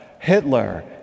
Hitler